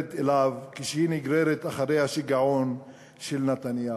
אליו כשהיא נגררת אחרי השיגעון של נתניהו.